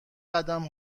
قدم